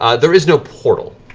ah there is no portal,